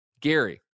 Gary